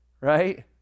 right